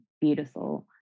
beautiful